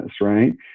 Right